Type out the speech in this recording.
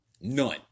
None